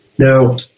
Now